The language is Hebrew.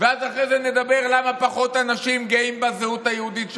ואז אחרי זה נדבר למה פחות אנשים גאים בזהות היהודית שלהם,